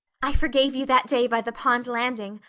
i forgave you that day by the pond landing,